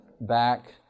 back